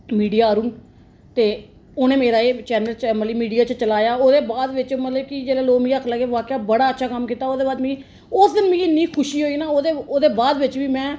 media आरून ते उनें मेरा एह् चैनल मतलब कि मीडिया च चलाया ओहदे बाद बिच्च मतलब कि जेल्लै लोक मिगी आखन लगे बकेआ बड़ा अच्छा कम्म कीता ओह्दे बाद मिगी उस दिन मिगी इ'न्नी खुशी होई ना ओह्दे ओह्दे बाद बिच्च बी में